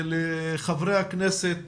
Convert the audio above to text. לחברי הכנסת